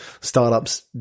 startups